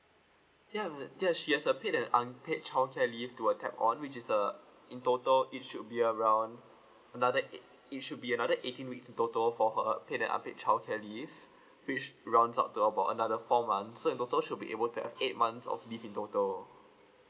ya yes she has a paid the unpaid childcare leave to a tap on which is err in total it should be around another eight it should be another eighteen week to total for her pay the unpaid childcare leave which round up to about another four months so in total should be able to have eight months of leave in total